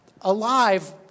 alive